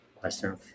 question